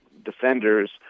defenders